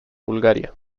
bulgaria